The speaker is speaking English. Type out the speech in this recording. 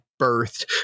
birthed